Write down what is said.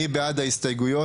מי בעד ההסתייגויות?